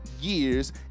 years